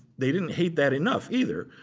they didn't hate that enough either.